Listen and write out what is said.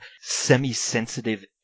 semi-sensitive